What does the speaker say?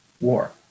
war